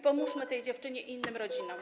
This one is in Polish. Pomóżmy tej dziewczynie i innym rodzinom.